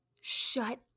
Shut